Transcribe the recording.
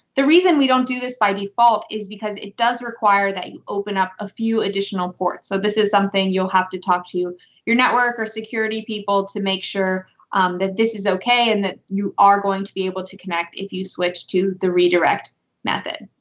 the reason we don't do this by default is because it does require that you open up a few additional ports. so this is something you'll have to talk to your network or security people to make sure that this is okay and that you are going to be able to connect if you switch to the redirect method.